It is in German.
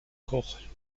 koch